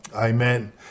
amen